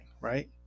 right